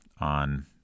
on